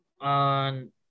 on –